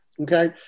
Okay